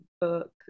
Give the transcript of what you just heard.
book